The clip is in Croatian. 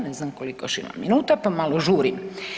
Ne znam koliko još imam minuta, pa malo žurim.